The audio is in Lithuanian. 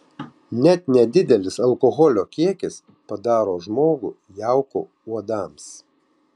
net nedidelis alkoholio kiekis padaro žmogų jauku uodams